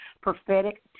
Prophetic